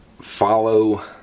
Follow